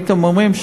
הייתם אומרים,